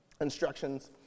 instructions